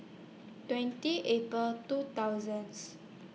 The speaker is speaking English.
twenty April two thousands